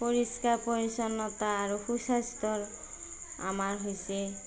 পৰিষ্কাৰ পৰিচ্ছন্নতা আৰু সুস্বাস্থ্য আমাৰ হৈছে